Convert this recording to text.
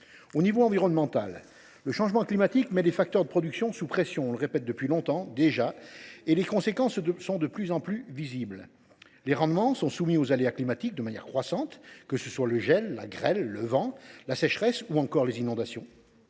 Au niveau environnemental, le changement climatique met les facteurs de production sous pression : on le répète depuis longtemps déjà, et les conséquences sont de plus en plus visibles. Les rendements sont soumis aux aléas climatiques de manière croissante, que ce soit le gel, la grêle, le vent, la sécheresse ou encore les inondations.